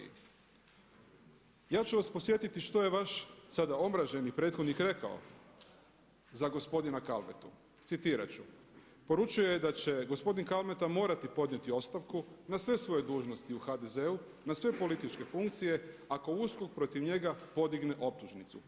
Ja ću vas podsjetiti što je vaš sada omraženi prethodnik rekao za gospodina Kalmetu, citirat ću, poručio je da će gospodin Kalmeta morati podnijeti ostavku na sve dužnosti u HDZ-u, na sve političke funkcije ako USKOK protiv njega podigne optužnicu.